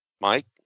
Mike